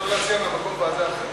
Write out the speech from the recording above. אפשר להציע מהמקום ועדה אחרת?